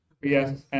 yes